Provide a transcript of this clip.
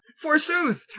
forsooth,